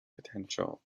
potential